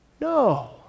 No